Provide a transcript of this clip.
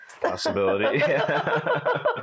Possibility